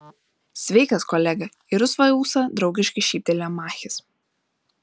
sveikas kolega į rusvą ūsą draugiškai šyptelėjo machis